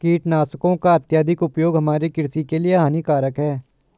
कीटनाशकों का अत्यधिक उपयोग हमारे कृषि के लिए हानिकारक है